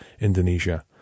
Indonesia